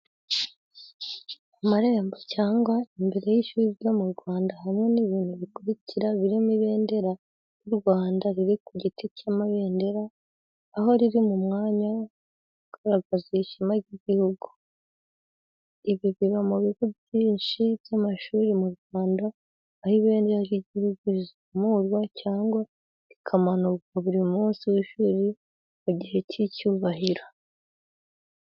Amarembo cyangwa imbere y’ishuri ryo mu Rwanda hamwe n’ibintu bikurikira birimo ibendera ry'Urwanda riri ku giti cy'amabendera aho riri mu mwanya ugaragaza ishema ry'igihugu. Ibi biba mu bigo byinshi by’amashuri mu Rwanda aho ibendera ry’igihugu rizamurwa cyangwa rigamanurwa buri munsi w’ishuri mu gihe cy’icyubahiro.